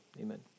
amen